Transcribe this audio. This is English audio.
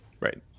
Right